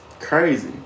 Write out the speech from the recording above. Crazy